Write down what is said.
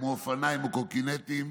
כמו אופניים או קורקינטים.